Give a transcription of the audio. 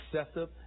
excessive